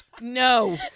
no